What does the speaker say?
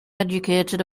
educated